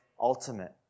ultimate